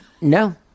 No